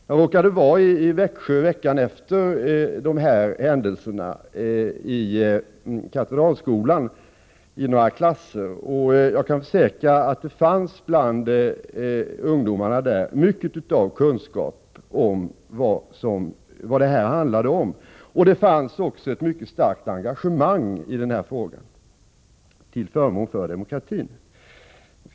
Jag råkade vara i Växjö veckan efter dessa händelser. Jag besökte några klasser i Katedralskolan, och jag kan försäkra att det bland ungdomarna där fanns mycket av kunskap om vad det handlade om. Det fanns också ett mycket starkt engagemang i denna fråga till förmån för demokratin.